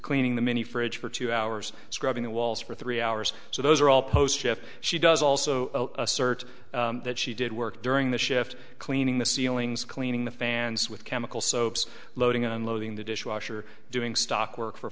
cleaning the mini fridge for two hours scrubbing the walls for three hours so those are all post shift she does also assert that she did work during the shift cleaning the ceilings cleaning the fans with chemical soaps loading unloading the dishwasher doing stock work for